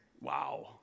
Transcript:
Wow